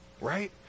Right